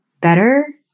better